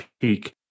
peak